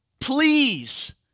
please